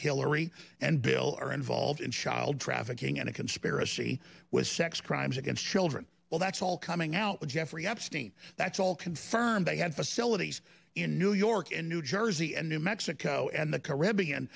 hillary and bill are involved in child trafficking and a conspiracy with sex crimes against children well that's all coming out jeffrey epstein that's all confirmed they had facilities in new york and new jersey and new mexico and the caribbean